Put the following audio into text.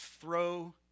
throw